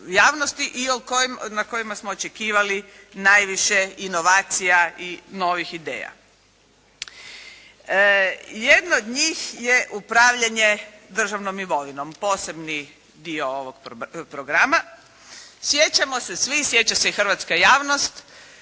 i na kojima smo očekivali najviše inovacija i novih ideja. Jedna od njih je upravljanje državnom imovinom, posebni dio ovog programa. Sjećamo se svi, sjeća se i hrvatska javnost,